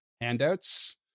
handouts